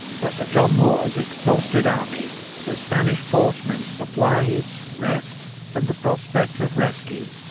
for sir john moore's exhausted army the spanish port meant supplies, rest and the prospect of rescue.